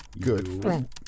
Good